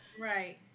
Right